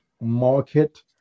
market